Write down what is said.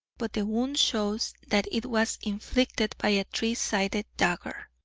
but the wound shows that it was inflicted by a three-sided dagger.